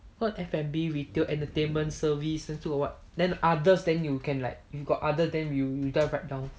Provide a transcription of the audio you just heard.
what F&B retail entertainment service then still got what then others then you can like if you got others then you just write down